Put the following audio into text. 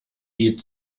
die